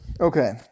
Okay